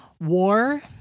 war